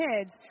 kids